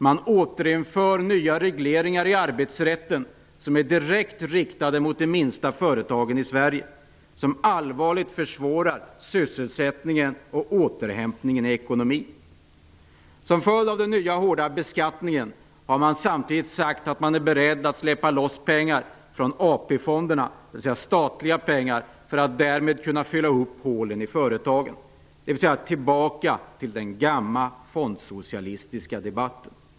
Man återinför nya regleringar i arbetsrätten, som är direkt riktade mot de minsta företagen i Sverige, som allvarligt försvårar sysselsättningen och återhämtningen i ekonomin. Som en följd av den nya hårda beskattningen har man samtidigt sagt att man är beredd att släppa loss pengar från AP-fonderna, dvs. statliga pengar, för att därmed kunna fylla upp hålen i företagen. Man är alltså tillbaka i den gamla fondsocialistiska debatten.